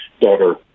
daughter